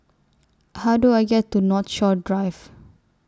How Do I get to Northshore Drive